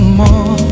more